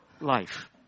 life